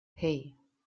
hey